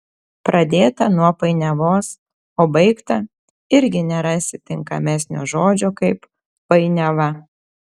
pradėta nuo painiavos o baigta irgi nerasi tinkamesnio žodžio kaip painiava